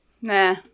nah